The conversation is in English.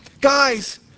Guys